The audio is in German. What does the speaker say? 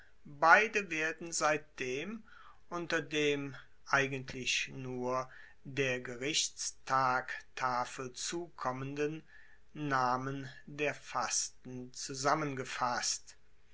beide werden seitdem unter dem eigentlich nur der gerichtstagtafel zukommenden namen der fasten zusammengefasst